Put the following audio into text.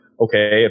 okay